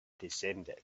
descended